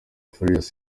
farious